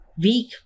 week